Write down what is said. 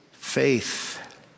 Faith